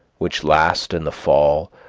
which last, in the fall,